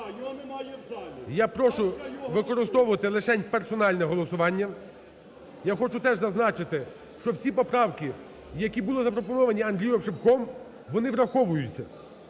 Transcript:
Я прошу використовувати лишень персональне голосування. Я хочу теж зазначити, що всі поправки, які були запропоновані Андрієм Шипком, вони враховуються,